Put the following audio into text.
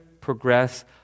progress